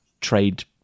trade